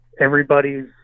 everybody's